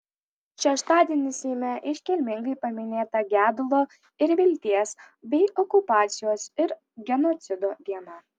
šeštadienį seime iškilmingai paminėta gedulo ir vilties bei okupacijos ir genocido diena